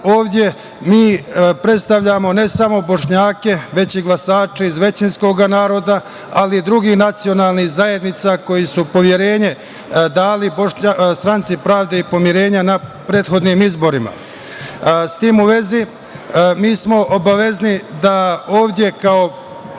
ovde mi predstavljamo ne samo Bošnjake, već i glasače iz većinskog naroda, ali i drugih nacionalnih zajednica koje su poverenje dali stranci Pravde i pomirenja na prethodnim izborima.S tim u vezi, mi smo obavezni da ovde kao